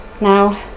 Now